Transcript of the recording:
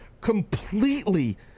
Completely